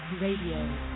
Radio